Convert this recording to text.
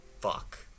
Fuck